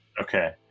Okay